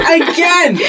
again